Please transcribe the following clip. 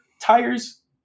tires